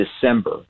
December